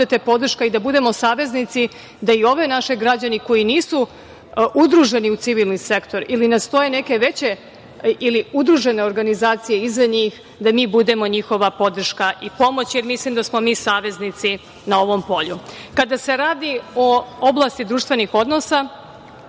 da budete podrška i da budemo saveznici da i ovi naši građani koji nisu udruženi u civilni sektor ili ne stoje neke veće ili udružene organizacije iza njih da mi budemo njihova podrška i pomoć, jer mislim da smo mi saveznici na ovom polju. Kada se radi o oblasti društvenih odnosa